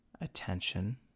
attention